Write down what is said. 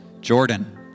Jordan